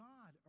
God